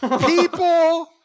People